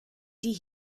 die